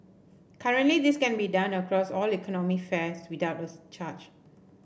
currently this can be done across all economy fares without a charge